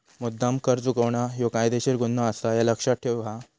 मुद्द्दाम कर चुकवणा ह्यो कायदेशीर गुन्हो आसा, ह्या लक्ष्यात ठेव हां